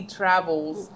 travels